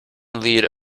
lead